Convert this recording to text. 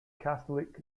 catholic